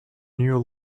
new